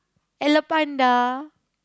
Hello Panda